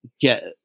get